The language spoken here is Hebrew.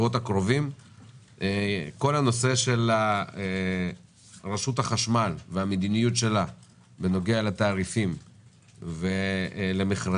כל הנושא של רשות החשמל והמדיניות שלה בנוגע לתעריפים ולמכרזים